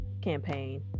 campaign